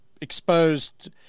exposed